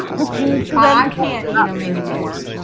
ah think ah i can't not him anymore